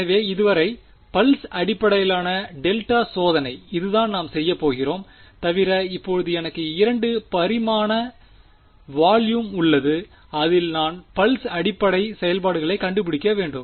எனவே இதுவரை பல்ஸ் அடிப்படையிலான டெல்டா சோதனை இதுதான் நாம் செய்யப் போகிறோம் தவிர இப்போது எனக்கு 2 பரிமாண வால்யும் உள்ளது அதில் நான் பல்ஸ் அடிப்படை செயல்பாடுகளைக் கண்டுபிடிக்க வேண்டும்